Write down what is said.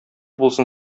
булсын